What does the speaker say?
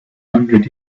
hundred